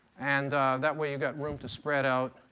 and that way you've got room to spread out,